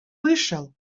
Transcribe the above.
вышел